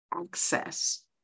access